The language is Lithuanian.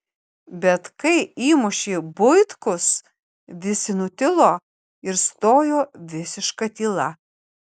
bet kai įmušė buitkus visi nutilo ir stojo visiška tyla